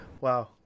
Wow